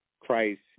Christ